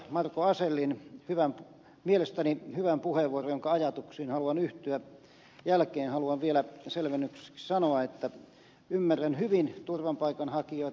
marko asellin mielestäni hyvän puheenvuoron jälkeen jonka ajatuksiin haluan yhtyä haluan vielä selvennykseksi sanoa että ymmärrän hyvin turvapaikanhakijoita